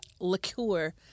liqueur